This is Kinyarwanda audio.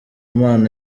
mpano